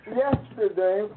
yesterday